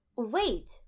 Wait